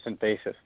basis